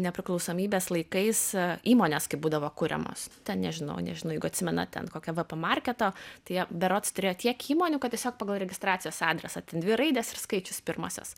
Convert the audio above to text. nepriklausomybės laikais įmonės kaip būdavo kuriamos ten nežinau nežinau jeigu atsimenate kokia vp marketo tai jie berods turėjo tiek įmonių kad tiesiog pagal registracijos adresą ten dvi raidės ir skaičius pirmasis